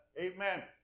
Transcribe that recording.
amen